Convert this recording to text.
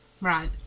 Right